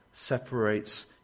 separates